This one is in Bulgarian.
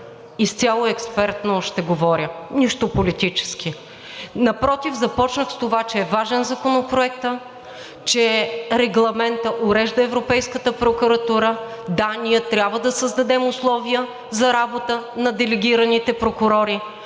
изцяло експертно ще говоря. Нищо политически. Напротив, започнах с това, че е важен Законопроектът, че Регламентът урежда Европейската прокуратурата. Да, ние трябва да създадем условия за работа на делегираните прокурори,